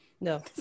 no